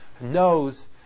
knows